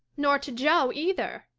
nor to jo, either,